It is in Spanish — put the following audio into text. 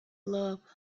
love